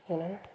ହେଲେ